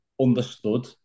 understood